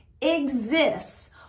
exists